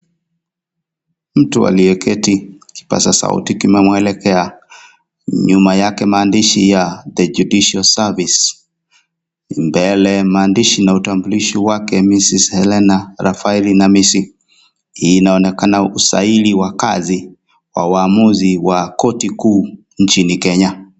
Mtu aliyeketi, kipasa sauti kimemwelekea nyuma yake mandishi ya The Judicial Service. Mbele, mandishi na utambulishi wake Mrs. Helena Rafaeli namisi inaonekana usaili wa kazi wa uamuzi wa koti kuu nchini Kenya.